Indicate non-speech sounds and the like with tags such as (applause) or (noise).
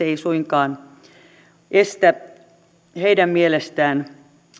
(unintelligible) ei suinkaan estä heidän mielestään